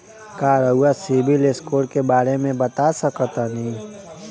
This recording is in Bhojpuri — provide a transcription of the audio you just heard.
का रउआ सिबिल स्कोर के बारे में बता सकतानी?